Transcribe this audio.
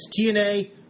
TNA